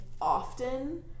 often